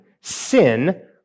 sin